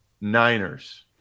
Niners